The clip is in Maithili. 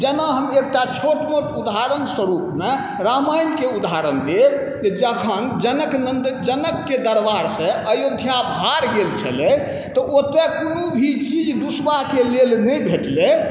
जेना हम एकटा छोट मोट उदाहरण स्वरूपमे रामायणके उदाहरण देब जे जखन जनकनन्द जनकके दरबारसँ अयोध्या भार गेल छलै तऽ ओतऽ कोनो भी चीज दुसबाके लेल नहि भेटलै